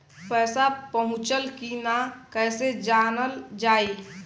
पैसा पहुचल की न कैसे जानल जाइ?